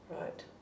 Right